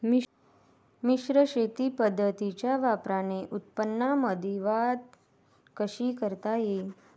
मिश्र शेती पद्धतीच्या वापराने उत्पन्नामंदी वाढ कशी करता येईन?